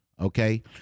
Okay